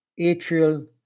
atrial